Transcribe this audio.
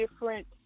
different